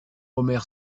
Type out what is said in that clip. omer